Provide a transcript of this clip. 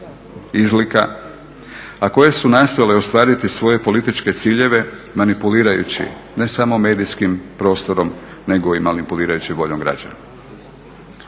izlika, a koje su nastojale ostvariti svoje političke ciljeve manipulirajući ne samo medijskim prostorom nego i manipulirajući voljom građana.